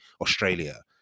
Australia